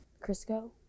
Crisco